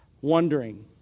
wondering